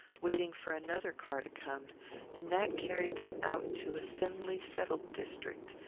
waiting for another car to come and that carried them out to a thinly settled district,